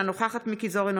אינה נוכחת מכלוף מיקי זוהר,